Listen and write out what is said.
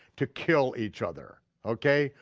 to kill each other, okay?